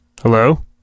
Hello